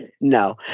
No